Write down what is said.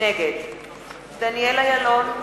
נגד דניאל אילון,